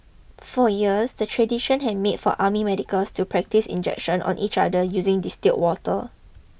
for years the tradition had been for army medics to practise injections on each other using distilled water